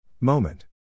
Moment